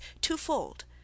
twofold